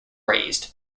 raised